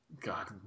God